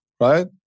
right